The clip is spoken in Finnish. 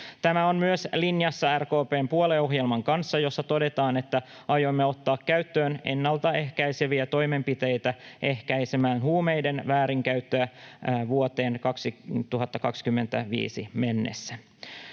Tämä on myös linjassa RKP:n puolueohjelman kanssa, jossa todetaan, että aiomme ottaa käyttöön ennalta ehkäiseviä toimenpiteitä ehkäisemään huumeiden väärinkäyttöä vuoteen 2025 mennessä.